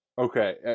Okay